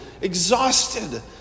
exhausted